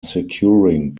securing